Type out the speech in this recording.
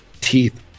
teeth